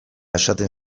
esaten